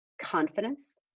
confidence